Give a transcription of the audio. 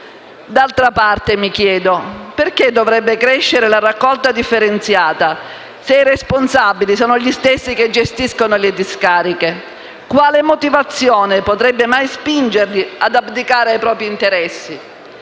D'altra parte mi chiedo perché dovrebbe crescere la raccolta differenziata se i responsabili sono gli stessi che gestiscono le discariche? Quale motivazione potrebbe mai spingerli ad abdicare ai propri interessi?